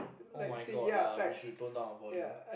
[oh]-my-god lah we should tone down our volume